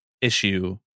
issue